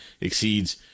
exceeds